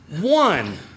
One